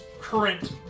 current